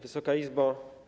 Wysoka Izbo!